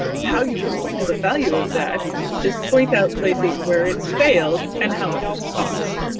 how you can point to the value of that is point out places where it's failed and how much it's cost.